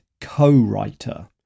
co-writer